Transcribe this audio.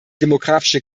demografische